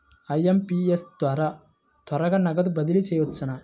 IMPS ద్వారా త్వరగా నగదు బదిలీ చేయవచ్చునా?